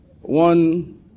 one